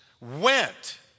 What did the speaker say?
went